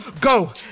Go